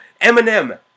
Eminem